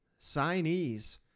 signees